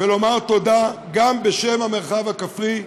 ולומר תודה גם בשם המרחב הכפרי,